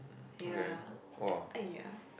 ya !aiya!